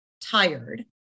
tired